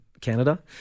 canada